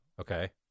Okay